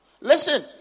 Listen